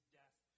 death